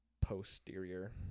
posterior